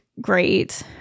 great